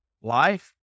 Life